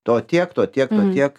to tiek to tiek to tiek